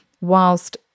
whilst